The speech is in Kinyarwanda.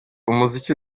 umuziki